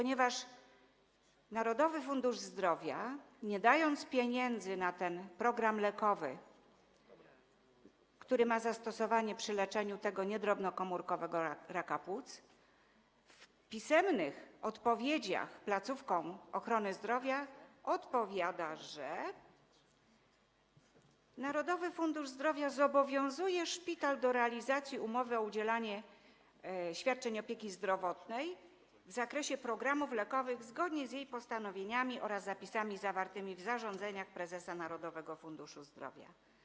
Narodowy Fundusz Zdrowia nie daje pieniędzy na program lekowy, który ma zastosowanie przy leczeniu niedrobnokomórkowego raka płuc, i pisemnie odpowiada placówkom ochrony zdrowia: Narodowy Fundusz Zdrowia zobowiązuje szpital do realizacji umowy o udzielanie świadczeń opieki zdrowotnej w zakresie programów lekowych zgodnie z jej postanowieniami oraz zapisami zawartymi w zarządzeniach prezesa Narodowego Funduszu Zdrowia.